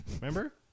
Remember